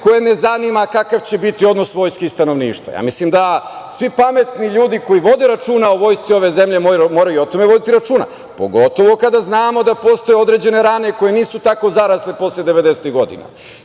koje ne zanima kakav će biti odnos vojske i stanovništva. Mislim da svi pametni ljudi koji vode računa o vojsci ove zemlje moraju o tome voditi računa, pogotovo kada znamo da postoje određene rane koje nisu tako zarasle posle 90-ih godina.